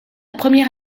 première